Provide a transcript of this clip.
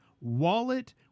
wallet